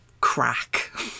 crack